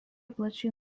plačiai